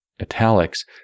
italics